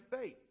faith